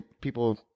people